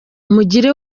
mugire